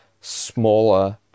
smaller